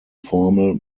formal